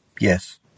Yes